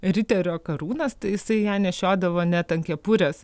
riterio karūnas tai jisai ją nešiodavo net ant kepurės